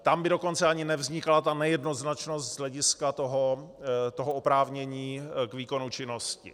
Tam by dokonce ani nevznikala ta nejednoznačnost z hlediska oprávnění k výkonu činnosti.